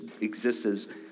exists